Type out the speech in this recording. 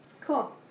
Cool